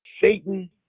Satan